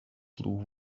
blue